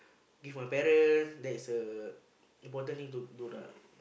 give my parents that is the important thing to do lah